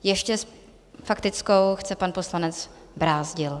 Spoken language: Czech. Ještě s faktickou chce pan poslanec Brázdil.